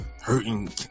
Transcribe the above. hurting